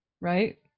Right